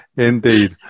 Indeed